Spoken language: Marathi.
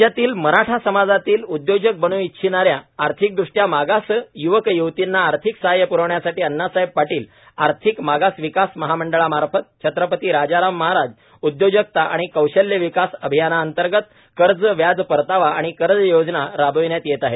राज्यातील मराठा समाजातील उदयोजक बन् इच्छिणाऱ्या आर्थिकदृष्ट्या मागास य्वक य्वतींना आर्थिक सहाय्य प्रविण्यासाठी अण्णासाहेब पाटील आर्थिक मागास विकास महामंडळामार्फत छत्रपती राजाराम महाराज उद्योजकता व कौशल्य विकास अभियानांतर्गत कर्ज व्याज परतावा आणि कर्ज योजना राबविण्यात येत आहेत